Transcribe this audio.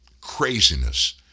craziness